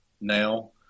now